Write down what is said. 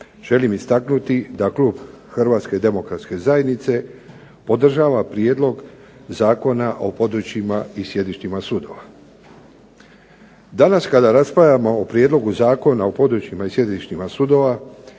želim istaknuti da klub Hrvatske demokratske zajednice podržava Prijedlog zakona o područjima i sjedištima sudova. Danas kada raspravljamo o Prijedlogu zakona o područjima i sjedištima sudova